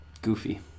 Goofy